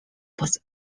was